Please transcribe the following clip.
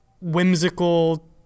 whimsical